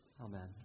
Amen